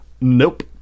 Nope